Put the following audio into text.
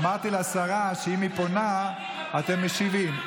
אמרתי לשרה שאם היא פונה, אתם משיבים.